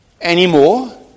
anymore